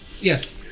yes